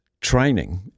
training